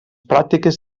pràctiques